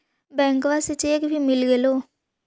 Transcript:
बैंकवा से चेक भी मिलगेलो?